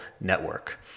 network